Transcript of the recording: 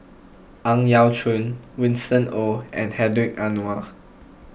Ang Yau Choon Winston Oh and Hedwig Anuar